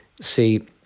See